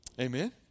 Amen